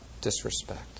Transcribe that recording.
disrespect